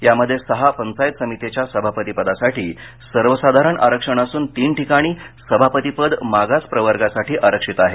यामध्ये सहा पंचायत समित्याच्या सभापतीपदासाठी सर्वसाधारण आरक्षण असून तीन ठिकाणी सभापतिपद मागास प्रवर्गासाठी आरक्षित आहे